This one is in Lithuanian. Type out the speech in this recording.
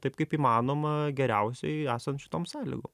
taip kaip įmanoma geriausiai esant šitom sąlygom